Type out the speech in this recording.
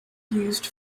used